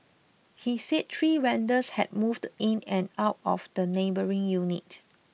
he said three vendors had moved in and out of the neighbouring unit